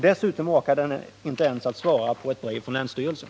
Dessutom orkar den inte ens svara på ett brev från länsstyrelsen.